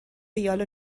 ریال